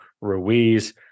Ruiz